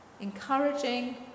encouraging